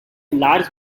large